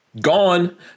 Gone